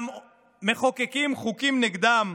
גם מחוקקים חוקים נגדן.